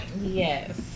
Yes